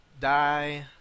die